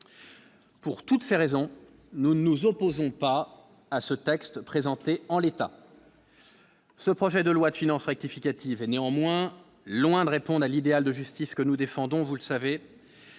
pour toutes ces raisons, nous nous opposons pas à ce texte présenté en l'état, ce projet de loi de finances rectificative néanmoins loin de répondre à l'idéal de justice que nous défendons, vous le savez,